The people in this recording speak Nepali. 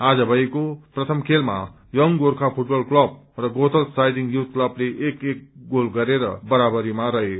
आज भएको प्रथम खेलमा यंग गोखो फूटबल क्लब र गोथल्स साइडिंग युथ क्वलले एक एक गोल गरेर बराबरीमा रहे